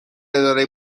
اداره